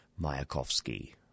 Mayakovsky